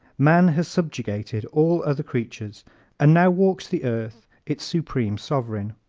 man has subjugated all other creatures and now walks the earth its supreme sovereign.